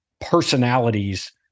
personalities